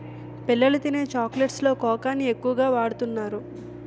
పిల్లలు తినే చాక్లెట్స్ లో కోకాని ఎక్కువ వాడుతున్నారు